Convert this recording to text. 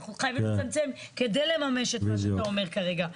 אנחנו חייבים לצמצם כדי לממש את מה שאתה אומר כרגע.